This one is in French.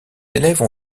élèves